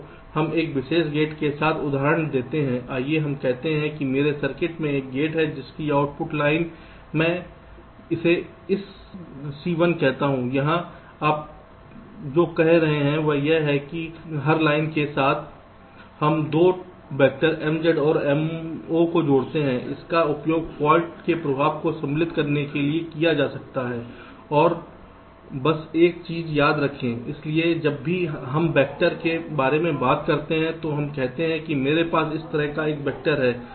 तो हम एक विशेष गेट के साथ उदाहरण देते हैं आइए हम कहते हैं कि मेरे सर्किट में एक गेट है जिसकी आउटपुट लाइन मैं इसे एक Cl कहता हूं यहां आप जो कह रहे हैं वह यह है कि हर लाइन के साथ हम 2 वैक्टर Mz और Mo को जोड़ते हैं इनका उपयोग फाल्ट के प्रभाव को सम्मिलित करने के लिए किया जाता है और बस एक चीज याद रखें इसलिए जब भी हम वैक्टर के बारे में बात करते हैं तो हम कहते हैं कि मेरे पास इस तरह का एक वेक्टर है